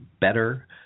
better